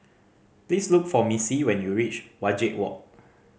please look for Missie when you reach Wajek Walk